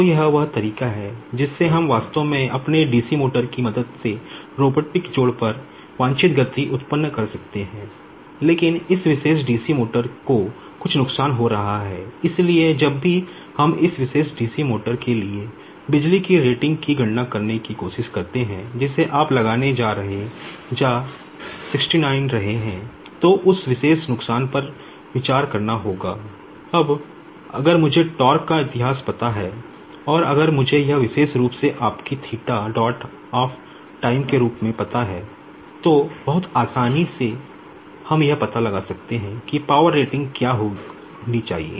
तो यह वह तरीका है जिससे हम वास्तव में अपने DC मोटर की मदद से रोबोटिक जोड़ क्या होनी चाहिए